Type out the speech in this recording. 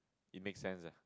it make sense leh